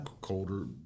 colder